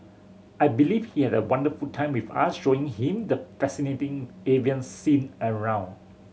I believe he had a wonderful time with us showing him the fascinating avian scene around